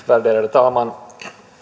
talman